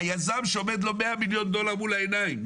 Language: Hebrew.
היזם שעומד לו 100,000,000 דולר מול העיניים.